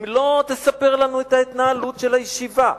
אם לא תספר לנו את ההתנהלות של הישיבה,